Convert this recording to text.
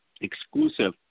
exclusive